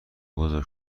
بزرگ